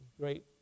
Great